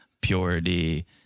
purity